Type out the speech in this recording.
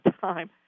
time